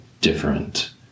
different